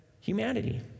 humanity